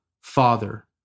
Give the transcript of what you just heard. Father